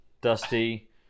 Dusty